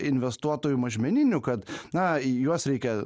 investuotojų mažmeninių kad na juos reikia